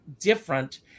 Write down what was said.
different